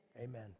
amen